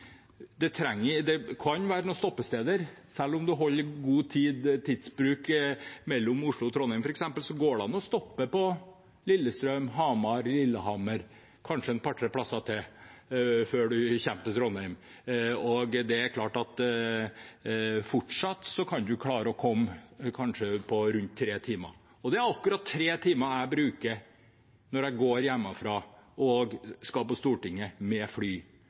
kan være noen stoppesteder. Selv om man har god tidsbruk mellom Oslo og Trondheim f.eks., går det an å stoppe på Lillestrøm, Hamar, Lillehammer og kanskje et par, tre plasser til før man kommer til Trondheim. Det er klart at man kan fortsatt klare å komme dit på rundt tre timer. Når jeg går hjemmefra og skal på Stortinget, bruker jeg akkurat tre timer med fly. Jeg vil kanskje si at jeg